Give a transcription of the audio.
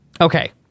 Okay